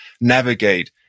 navigate